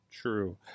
True